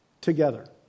together